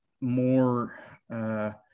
more